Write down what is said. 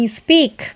speak